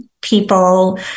people